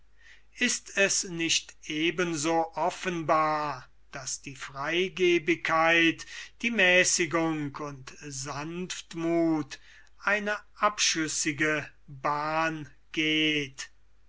ist es nicht eben so offenbar daß die freigebigkeit die mäßigung und sanftmuth eine abschüssige bahn geht